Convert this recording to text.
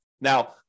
Now